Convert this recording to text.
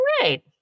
right